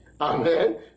Amen